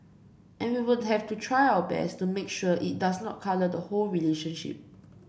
and we will have to try our best to make sure it does not colour the whole relationship